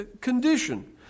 condition